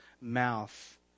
mouth